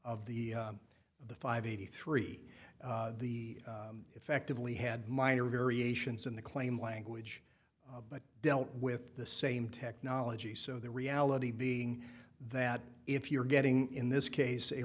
of the the five eighty three the effectively had minor variations in the claim language but dealt with the same technology so the reality being that if you're getting in this case a